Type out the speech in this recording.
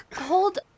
hold